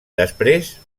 després